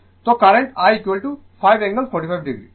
তো current i 5 angle 45 o